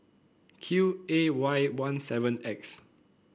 Q A Y one seven X